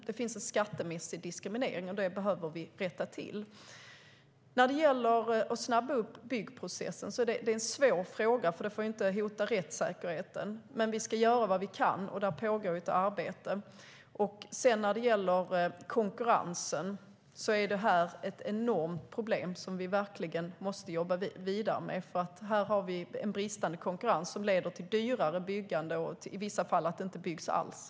Det finns en skattemässig diskriminering, och den behöver vi rätta till. Bristande konkurrens är ett enormt problem som vi måste jobba vidare med, för det leder till dyrare byggande och i vissa fall till att det inte byggs alls.